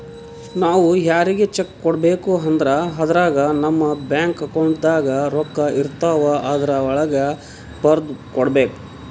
ನಾವ್ ಯಾರಿಗ್ರೆ ಚೆಕ್ಕ್ ಕೊಡ್ಬೇಕ್ ಅಂದ್ರ ಅದ್ರಾಗ ನಮ್ ಬ್ಯಾಂಕ್ ಅಕೌಂಟ್ದಾಗ್ ರೊಕ್ಕಾಇರ್ತವ್ ಆದ್ರ ವಳ್ಗೆ ಬರ್ದ್ ಕೊಡ್ಬೇಕ್